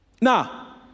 Now